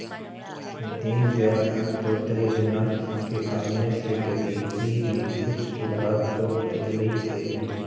दीनदयाल अंत्योदय योजना के आने से गरीबी में कुछ सुधार तो अईलई हे